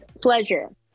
pleasure